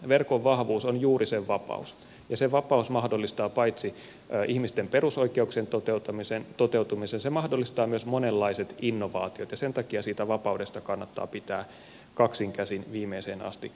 verkon vahvuus on juuri sen vapaus ja se vapaus mahdollistaa paitsi ihmisten perusoikeuksien toteutumisen myös monenlaiset innovaatiot ja sen takia siitä vapaudesta kannattaa pitää kaksin käsin viimeiseen asti kiinni